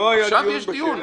עכשיו יש דיון.